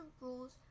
rules